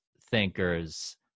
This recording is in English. thinkers